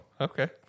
okay